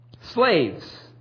Slaves